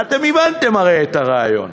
ואתם הבנתם הרי את הרעיון.